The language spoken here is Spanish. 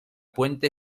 puente